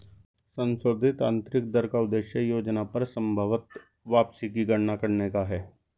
संशोधित आंतरिक दर का उद्देश्य योजना पर संभवत वापसी की गणना करने का है